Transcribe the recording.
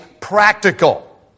practical